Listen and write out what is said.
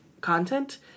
content